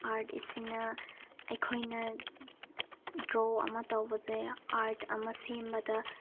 art ꯑꯁꯤꯅ ꯑꯩꯈꯣꯏꯅ draw ꯑꯃ ꯇꯧꯕꯁꯦ ꯑꯥꯔꯠ ꯑꯃ ꯁꯦꯝꯕꯗ